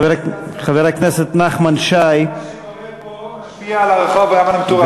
כל מה שקורה פה משפיע על הרחוב וגם על המטורפים.